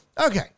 Okay